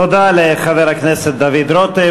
תודה לחבר הכנסת דוד רותם.